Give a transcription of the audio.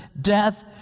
death